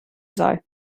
soll